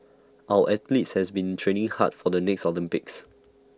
our athletes has been training hard for the next Olympics